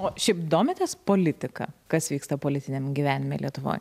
o šiaip domitės politika kas vyksta politiniam gyvenime lietuvoj